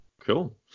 cool